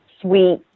sweet